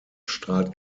strahlt